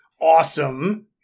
awesome